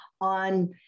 on